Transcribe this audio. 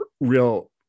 real